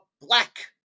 black